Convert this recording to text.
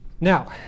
Now